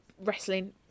wrestling